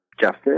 justice